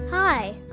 Hi